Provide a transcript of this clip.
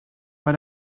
but